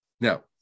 Now